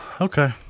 Okay